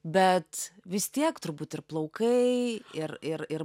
bet vis tiek turbūt ir plaukai ir ir ir